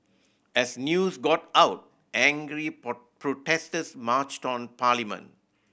as news got out angry protesters marched on parliament